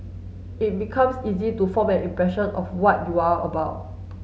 it becomes easy to form an impression of what you are about